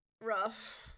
Rough